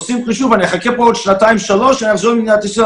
עושים חישוב 'אני אחכה פה עוד שנתיים שלש ואני אחזור למדינת ישראל.,